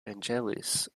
vangelis